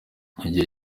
igice